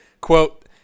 quote